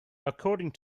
according